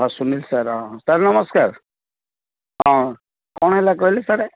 ହଁ ସୁନୀଲ ସାର ହଁ ସାର ନମସ୍କାର ହଁ କ'ଣ ହେଲା କହିଲେ ସାର